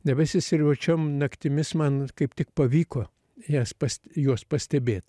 debesys ir vat šiom naktimis man kaip tik pavyko jas pas juos pastebėt